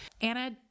Anna